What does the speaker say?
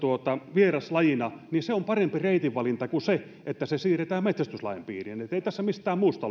vieraslajina on parempi reitinvalinta kuin se että se siirretään metsästyslain piiriin ei tässä mistään muusta